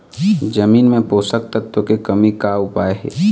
जमीन म पोषकतत्व के कमी का उपाय हे?